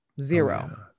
zero